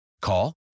Call